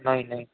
નઈ નઈ